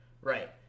Right